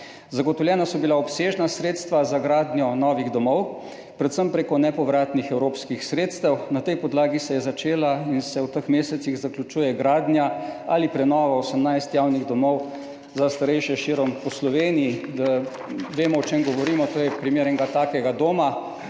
Zagotovljena so bila obsežna sredstva za gradnjo novih domov, predvsem prek nepovratnih evropskih sredstev. Na tej podlagi se je začela in se v teh mesecih zaključuje gradnja ali prenova 18 javnih domov za starejše širom po Sloveniji. Da vemo, o čem govorimo, to / pokaže zboru/ je primer enega takega doma